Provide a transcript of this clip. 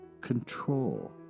control